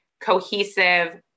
cohesive